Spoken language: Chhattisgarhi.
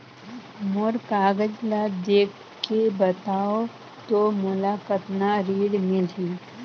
मोर कागज ला देखके बताव तो मोला कतना ऋण मिलही?